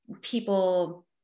people